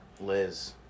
Liz